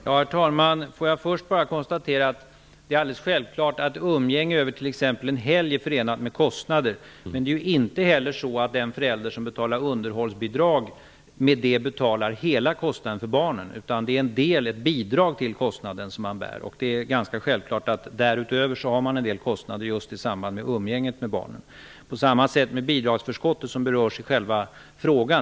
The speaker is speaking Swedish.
Herr talman! Först vill jag konstatera att det är alldeles självklart att umgänge över t.ex. en helg är förenat med kostnader, men det är ju inte heller så att den förälder som betalar underhållsbidrag med det betalar hela kostnaden för barnen, utan det är en del, ett bidrag till kostnaden som man bär. Det är ganska självklart att man därutöver har en del kostnader just i samband med umgänget med barnen. På samma sätt är det med bidragsförskottet, som berörs i frågan.